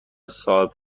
صاحب